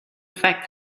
affect